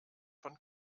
von